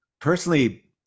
personally